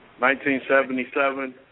1977